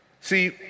See